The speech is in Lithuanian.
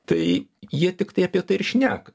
tai jie tiktai apie tai ir šneka